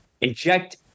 Inject